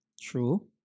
true